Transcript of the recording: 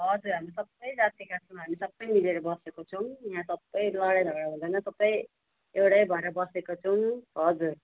हजुर हामी सबै जातिका छौँ हामी सबै मिलेर बसेको छौँ यहाँ सबै लडाइ झगडा हुँदैन सबै एउटै भएर बसेको छौँ हजुर